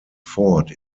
ford